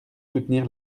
soutenir